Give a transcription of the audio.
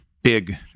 Big